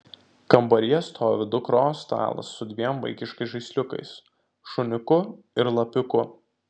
kambaryje stovi dukros stalas su dviem vaikiškais žaisliukais šuniuku ir lapiuku